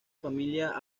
familia